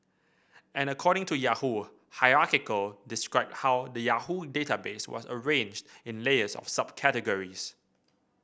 and according to Yahoo hierarchical described how the Yahoo database was arranged in layers of subcategories